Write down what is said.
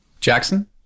Jackson